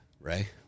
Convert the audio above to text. Ray